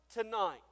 tonight